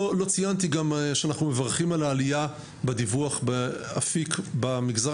לא ציינתי גם שאנחנו מברכים על העלייה בדיווח באפיק במגזר